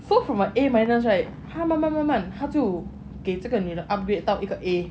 so from a A minus right 他慢慢慢慢他就给这个女的 upgrade 到一个 A